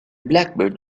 blackbird